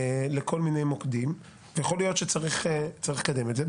לכל מיני מוקדים, ויכול להיות שצריך לקדם את זה.